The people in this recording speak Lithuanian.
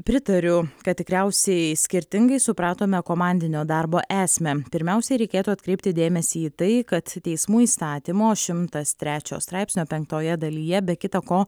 pritariu kad tikriausiai skirtingai supratome komandinio darbo esmę pirmiausiai reikėtų atkreipti dėmesį į tai kad teismų įstatymo šimtas trečio straipsnio penktoje dalyje be kita ko